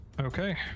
Okay